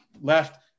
left